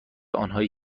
آنهایی